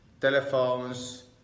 telephones